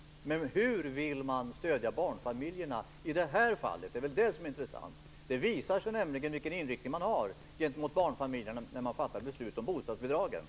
Men hur vill man stödja barnfamiljerna i det här fallet? Det är det som är intressant. När man fattar beslut om bostadsbidragen visar man nämligen vilken inställning man har gentemot barnfamiljerna.